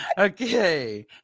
Okay